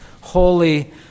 holy